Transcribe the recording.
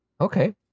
Okay